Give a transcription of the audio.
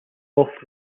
off